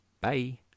Bye